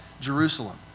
Jerusalem